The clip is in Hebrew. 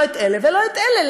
לא את אלה ולא את אלה.